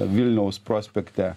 vilniaus prospekte